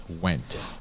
went